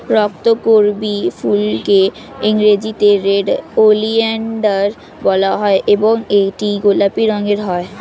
রক্তকরবী ফুলকে ইংরেজিতে red oleander বলা হয় এবং এটি গোলাপি রঙের হয়